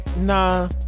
nah